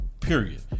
period